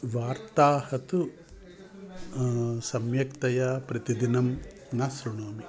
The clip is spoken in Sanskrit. वार्ताः तु सम्यक्तया प्रतिदिनं न शृणोमि